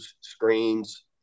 screens